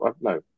No